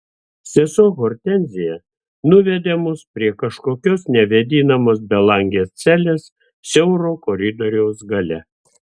sesuo hortenzija nuvedė mus prie kažkokios nevėdinamos belangės celės siauro koridoriaus gale